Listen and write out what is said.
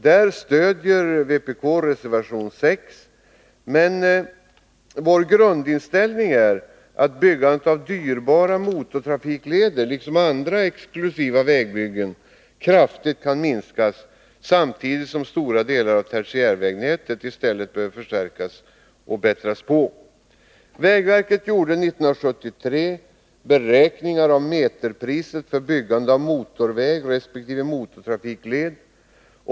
Vpk stöder där reservation 6, men vår grundinställning är att byggandet av dyrbara motortrafikleder liksom andra exklusiva vägar kraftigt kan minskas, samtidigt som vi anser att stora delar av tertiärvägnätet behöver förstärkas och förbättras. Vägverket gjorde 1973 beräkningar av meterpriset för byggandet av motorväg resp. motortrafikled.